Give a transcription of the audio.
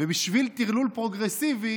ובגלל טרלול פרוגרסיבי